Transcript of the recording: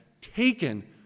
taken